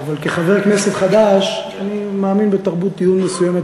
אבל כחבר כנסת חדש אני מאמין בתרבות טיעון מסוימת,